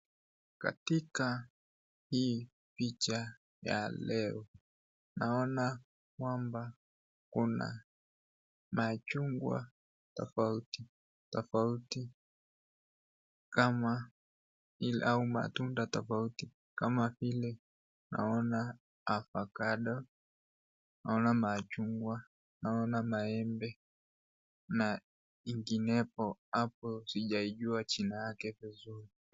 Katika hii picha ya leo naona kwamba kuna machungwa tofauti tofauti kama au matunda tofauti kama vile naona avocado naona machungwa naona maembe na inginepo hapo sijaijua jina yake vizuri.